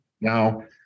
Now